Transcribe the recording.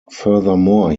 furthermore